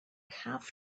have